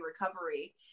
recovery